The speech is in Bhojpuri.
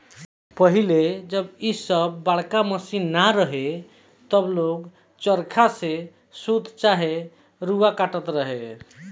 पहिले जब इ सब बड़का मशीन ना रहे तब लोग चरखा से सूत चाहे रुआ काटत रहे